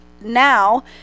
now